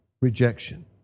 rejection